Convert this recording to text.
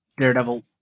Daredevil